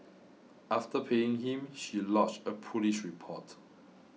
after paying him she lodged a police report